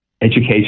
education